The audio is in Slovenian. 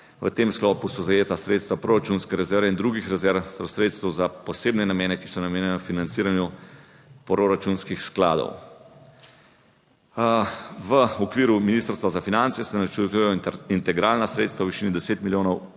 v tem sklopu so zajeta sredstva proračunske rezerve in drugih rezerv ter sredstev za posebne namene, ki so namenjena financiranju proračunskih skladov. V okviru Ministrstva za finance se načrtujejo integralna sredstva v višini 10 milijonov